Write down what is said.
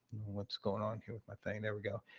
what's going on here with my thing? there we go.